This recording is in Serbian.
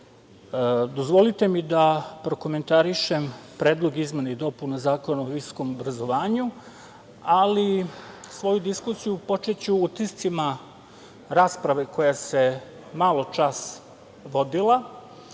dozvolite mi da prokomentarišem Predlog izmena i dopuna Zakona o visokom obrazovanju. Svoju diskusiju počeću utiscima rasprave koja se maločas vodila